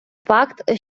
факт